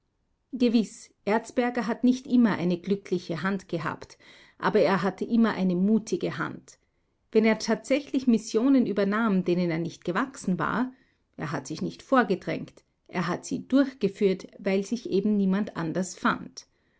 gewiß erzberger hat nicht immer eine glückliche hand gehabt aber er hatte immer eine mutige hand wenn er tatsächlich missionen übernahm denen er nicht gewachsen war er hat sich nicht vorgedrängt er hat sie durchgeführt weil sich eben niemand anders fand